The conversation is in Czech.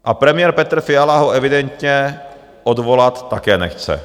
A premiér Petr Fiala ho evidentně odvolat také nechce.